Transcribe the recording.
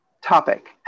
topic